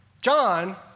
John